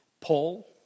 Paul